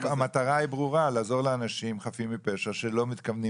המטרה היא ברורה ,לעזור לאנשים חפים מפשע שלא מתכוונים